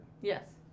Yes